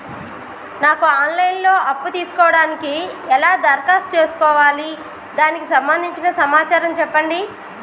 నాకు online లో అప్పు తీసుకోవడానికి ఎలా దరఖాస్తు చేసుకోవాలి దానికి సంబంధించిన సమాచారం చెప్పండి?